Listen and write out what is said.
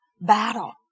battle